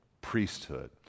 priesthood